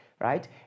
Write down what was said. Right